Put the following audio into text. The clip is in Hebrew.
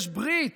יש ברית